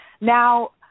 Now